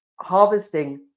harvesting